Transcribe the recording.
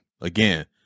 Again